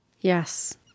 Yes